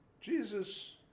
Jesus